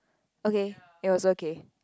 okay it was okay